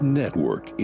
network